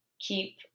keep